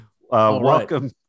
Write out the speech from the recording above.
Welcome